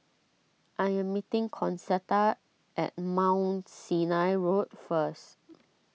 I am meeting Concetta at Mount Sinai Road first